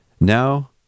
Now